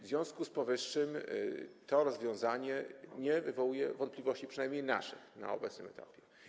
W związku z powyższym to rozwiązanie nie wywołuje wątpliwości, przynajmniej naszych, na obecnym etapie.